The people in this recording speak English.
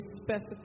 specific